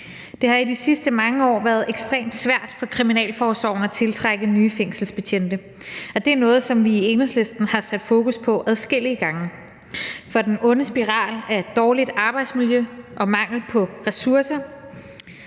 Det har i de sidste mange år været ekstremt svært for kriminalforsorgen at tiltrække nye fængselsbetjente, og det er noget, som vi i Enhedslisten har sat fokus på adskillige gange. For den onde spiral af et dårligt arbejdsmiljø og den mangel på ressourcer,